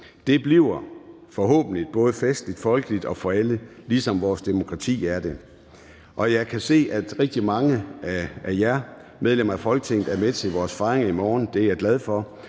Det bliver forhåbentlig både festligt, folkeligt og for alle, ligesom vores demokrati er det. Og jeg kan se, at rigtig mange af jer medlemmer af Folketinget er med til vores fejring i morgen; det er jeg glad for.